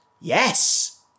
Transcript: yes